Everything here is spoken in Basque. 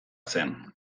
zen